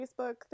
Facebook